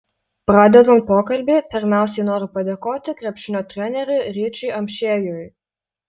pradedant pokalbį pirmiausiai noriu padėkoti krepšinio treneriui ryčiui amšiejui